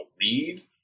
read